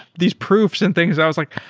these proofs and things. i was like,